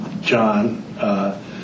John